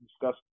discuss